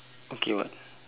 okay [what]